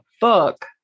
book